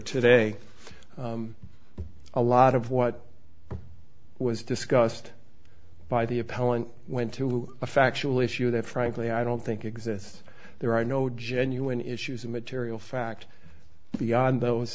today a lot of what was discussed by the appellant went to a factual issue that frankly i don't think exists there are no genuine issues of material fact beyond those